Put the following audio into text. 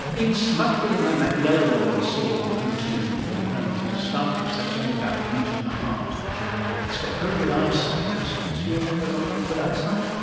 it's much bigger than that yellow one we saw hunting for crown of thorns starfish, that's only about a metre and a half, and it's got very good eyesight. has yeah has your robot got good eyesight?